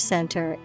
Center